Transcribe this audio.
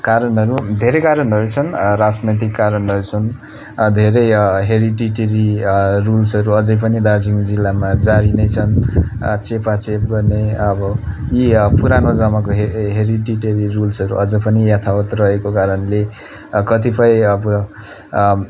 कारणहरू धेरै कारणहरू छन् राजनैतिक कारणहरू छन् धेरै हेरिडिटरी रुल्सहरू अझै पनि दार्जिलिङ जिल्लामा जारी नै छन् चेपा चेप गर्ने अब यी अब पुरानो जमानाको हेरिडेटेरी रुल्सहरू अझै पनि यथावत रहेको कारणले कतिपय अब